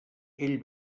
ell